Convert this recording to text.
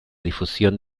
difusión